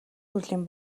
төрлийн